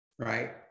right